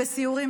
בסיורים.